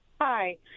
Hi